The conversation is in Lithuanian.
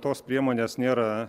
tos priemonės nėra